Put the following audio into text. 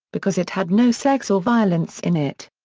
because it had no sex or violence in it.